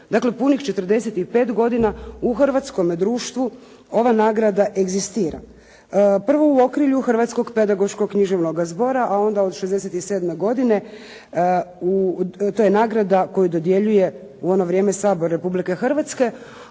dakle punih 45 godina u hrvatskom društvu ova nagrada egzistira. Prvo u okrugu Hrvatskog pedagoškog književnog zbora, a onda od '67. to je nagrada koju dodjeljuje u ono vrijeme Sabor Republike Hrvatske.